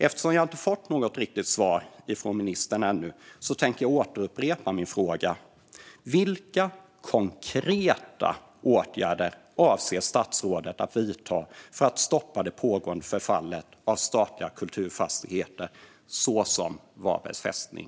Eftersom jag inte har fått något riktigt svar från ministern ännu upprepar jag min fråga: Vilka konkreta åtgärder avser statsrådet att vidta för att stoppa det pågående förfallet av statliga kulturfastigheter såsom Varbergs fästning?